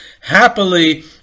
happily